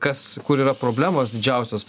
kas kur yra problemos didžiausios